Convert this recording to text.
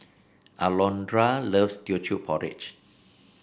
Alondra loves Teochew Porridge